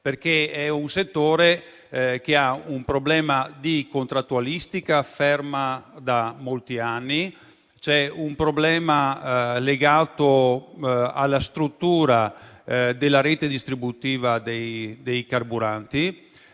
spessore. Il settore ha un problema di contrattualistica ferma da molti anni. C'è un problema legato alla struttura della rete distributiva dei carburanti.